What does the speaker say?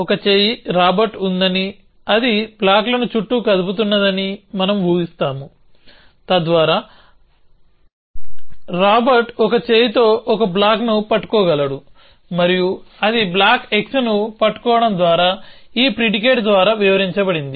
ఒక చేయి రాబర్ట్ ఉందని అది బ్లాక్లను చుట్టూ కదుపుతున్నదని మనం ఊహిస్తాము తద్వారా రాబర్ట్ ఒక చేయితో ఒక బ్లాక్ను పట్టుకోగలడు మరియు అది బ్లాక్ xని పట్టుకోవడం ద్వారా ఈ ప్రిడికేట్ ద్వారా వివరించబడింది